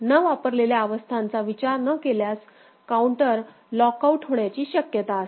न वापरलेल्या अवस्थांचा विचार न केल्यास काउंटर लॉक आऊट होण्याची शक्यता असते